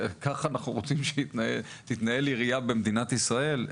ככה אנחנו רוצים שתתנהל עירייה במדינת ישראל?